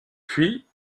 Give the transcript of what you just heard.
puis